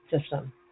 system